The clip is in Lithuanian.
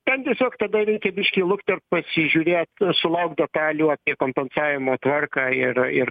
ten tiesiog tada reikia biškį luktert pasižiūrėt sulaukt detalių apie kompensavimo tvarką ir ir